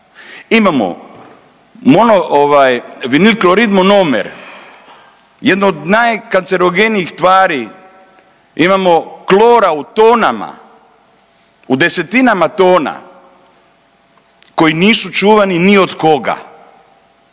imamo vinil klorid monomer, jednu od najkancerogenijih tvari. Imamo klora u tonama, u desetinama tona koji nisu čuvani ni od koga.